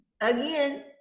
Again